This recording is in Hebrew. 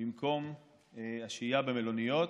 במקום השהייה במלוניות.